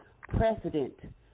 precedent